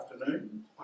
afternoon